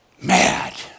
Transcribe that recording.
mad